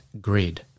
grid